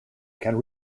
can